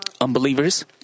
unbelievers